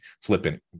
flippant